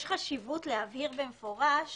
יש חשיבות להבהיר במפורש